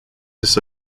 this